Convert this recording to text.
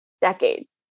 decades